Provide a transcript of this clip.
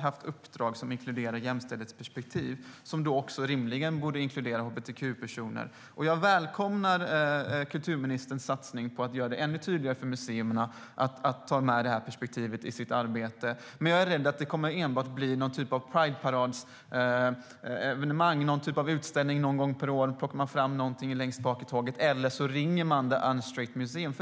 haft uppdrag som inkluderar jämställdhetsperspektiv, vilket då också rimligen borde inkludera hbtq-personer. Jag välkomnar kulturministerns satsning på att göra det ännu tydligare för museerna att de ska ta med detta perspektiv i sitt arbete, men jag är rädd att det enbart kommer att bli någon typ av prideparadsevenemang eller någon typ av utställning någon gång per år då man plockar fram något längst bak i tåget - eller så ringer man The Unstraight Museum.